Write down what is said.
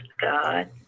God